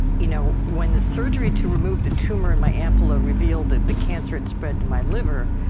you know when the surgery to remove the tumor in my ampulla revealed that the cancer had spread to my liver.